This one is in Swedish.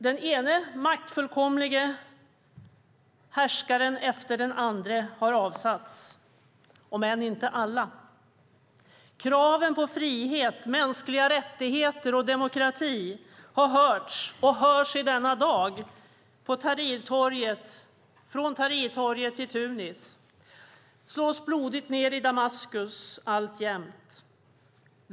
Den ene maktfullkomlige härskaren efter den andre har avsatts, om än inte alla. Kraven på frihet, mänskliga rättigheter och demokrati har hörts och hörs i denna dag från Tahrirtorget till Tunis. De slås blodigt ned i Damaskus alltjämt.